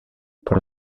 pro